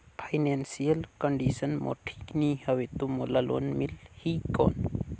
Financial condition मोर ठीक नी हवे तो मोला लोन मिल ही कौन??